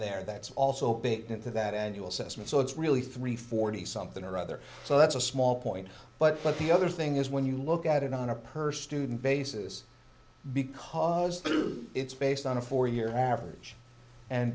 there that's also big into that and you assessment so it's really three forty something or other so that's a small point but but the other thing is when you look at it on a per student basis because it's based on a four year average and